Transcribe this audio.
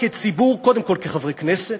קודם כול כחברי כנסת,